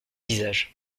visages